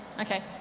Okay